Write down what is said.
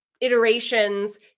iterations